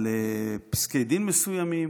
על פסקי דין מסוימים,